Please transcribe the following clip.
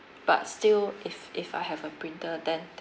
but still if if I have a printer then